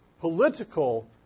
political